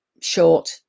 short